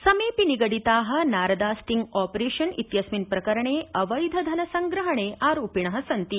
समेपि निगडिता नारदास्टिंगऑपरेशन इत्यस्मिन् प्रकरणे अवैधधनसंग्रहणे आरोपिण सन्ति